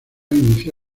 inició